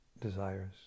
desires